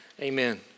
Amen